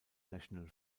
national